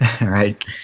right